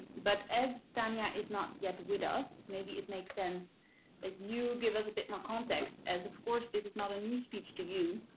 but as tania is not yet with us, maybe it makes sense that you give us a bit more context, as of course, this is not a new speech to you,